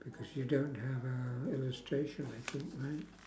because you don't have a illustration I think right